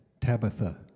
Tabitha